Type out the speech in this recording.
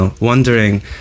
wondering